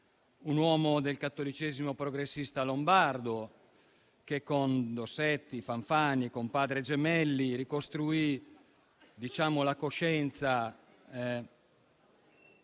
un uomo del cattolicesimo progressista lombardo, che con Dossetti, Fanfani e Padre Gemelli ricostruì la coscienza